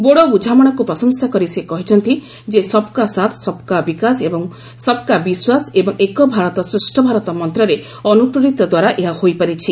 ବୋଡୋ ବୁଝାମଣାକୁ ପ୍ରଶଂସା କରି ସେ କହିଛନ୍ତି ଯେ ସବ୍କା ସାଥ୍ ସବ୍କା ବିକାଶ ଓ ସବ୍କା ବିଶ୍ୱାସ ଏବଂ ଏକ ଭାରତ ଶ୍ରେଷ ଭାରତ ମନ୍ତରେ ଅନୁପ୍ରେରିତ ଦ୍ୱାରା ଏହା ହୋଇପାରିଛି